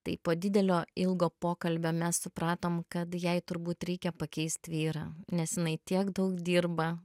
tai po didelio ilgo pokalbio mes supratom kad jai turbūt reikia pakeist vyrą nes jinai tiek daug dirba